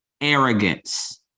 Arrogance